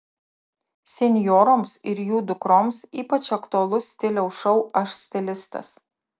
senjoroms ir jų dukroms ypač aktualus stiliaus šou aš stilistas